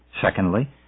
Secondly